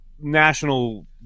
national